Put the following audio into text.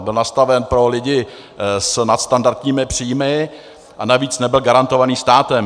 Byl nastaven pro lidi s nadstandardními příjmy a navíc nebyl garantován státem.